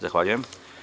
Zahvaljujem.